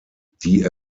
die